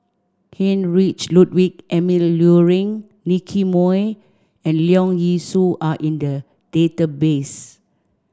Heinrich Ludwig Emil Luering Nicky Moey and Leong Yee Soo are in the database